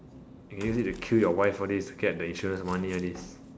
you can use it to kill your wife all this to get the insurance money all this